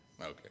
Okay